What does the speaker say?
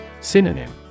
Synonym